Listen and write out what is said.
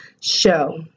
show